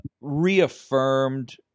reaffirmed